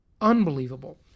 Unbelievable